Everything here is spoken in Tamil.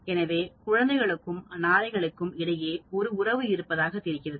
எனவே குழந்தைகளுக்கும் நாரைகளுக்கும் இடையே ஒரு உறவு இருப்பதாகத் தெரிகிறது